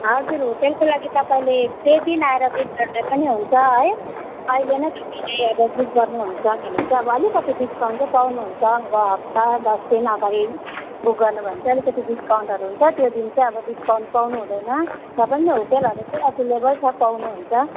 हजुर होटलको लागि तपाईँले त्यही दिन आएर बुक गर्दा पनि हुन्छ है अहिले नै तपाईँलाई अब बुक गर्नुहुन्छ भने चाहिँ अब अलिकति डिस्काउन्ट चाहिँ पाउनुहुन्छ अब हप्ता दस दिन अगाडि बुक गर्नुभयो भने चाहिँ अलिकति डिस्काउन्टहरू हुन्छ त्यो दिन चाहिँ अब डिस्काउन्ट पाउनु हुँदैन भए पनि होटलहरू चाहिँ एभाइलेबल छ पाउनुहुन्छ